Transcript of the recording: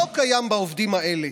לא קיים אצל עובדים האלה.